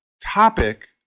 topic